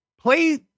play